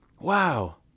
Wow